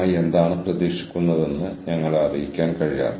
network തുടർന്നും നിലനിർത്താനുള്ള വഴിയാണിത്